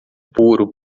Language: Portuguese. puro